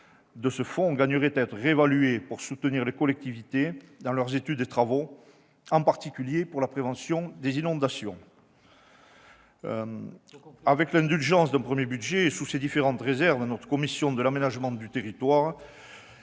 de ce fonds devrait être réévalué pour soutenir les collectivités dans leurs études et travaux, en particulier pour la prévention des inondations. Avec l'indulgence que l'on peut accorder à un premier budget et sous ces différentes réserves, la commission de l'aménagement du territoire